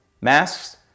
masks